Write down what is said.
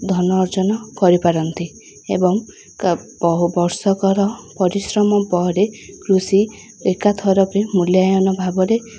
ଧନ ଅର୍ଜନ କରିପାରନ୍ତି ଏବଂ ବର୍ଷକର ପରିଶ୍ରମ ପରେ କୃଷି ଏକା ଥରକେ ମୂଲ୍ୟାୟନ ଭାବରେ